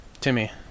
Timmy